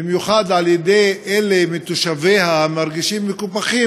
במיוחד על-ידי אלה מתושביה המרגישים מקופחים,